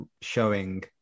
showing